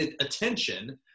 attention